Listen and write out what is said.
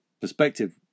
perspective